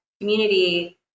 community